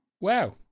Wow